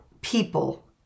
people